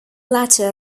latter